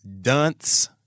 dunce